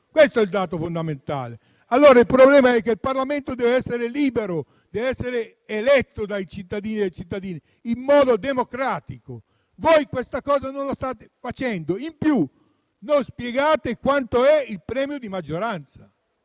questo è il dato fondamentale. Il problema allora è che il Parlamento dev'essere libero ed eletto dai cittadini e dalle cittadine in modo democratico: voi questa cosa non la state facendo. Inoltre, non spiegate quanto è il premio di maggioranza.